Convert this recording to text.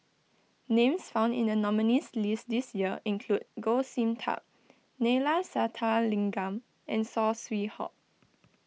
names found in the nominees' list this year include Goh Sin Tub Neila Sathyalingam and Saw Swee Hock